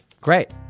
Great